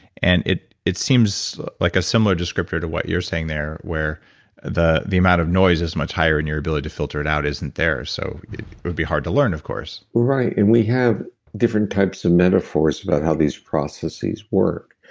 and it it seems like a similar descriptor to what you're saying there, where the the amount of noise is much higher, and your ability to filter it out isn't there. so it would be hard to learn of course right. and we have different types of metaphors about how these processes work.